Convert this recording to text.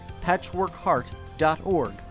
patchworkheart.org